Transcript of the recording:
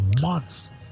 months